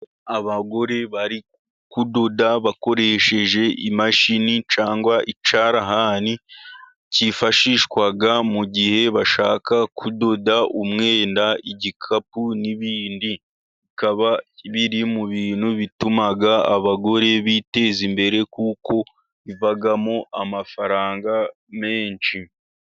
Abagore bari kudoda bakoresheje imashini cyangwa icyarahani cyifashishwa mu gihe bashaka kudoda umwenda, igikapu n'ibindi. Bikaba biri mu bintu bituma abagore biteza imbere kuko bivamo amafaranga menshi.